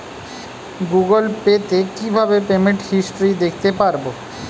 Google pay তে কিভাবে payment history দেখতে পারবো?